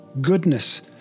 goodness